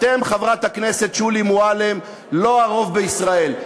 אתם, חברת הכנסת שולי מועלם, לא הרוב בישראל.